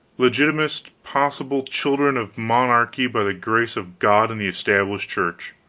legitimatest possible children of monarchy by the grace of god and the established church.